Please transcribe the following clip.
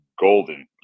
golden